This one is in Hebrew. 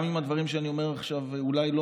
גם אם הדברים שאני אומר עכשיו אולי לא